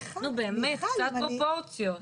נו באמת, קצת פרופורציות.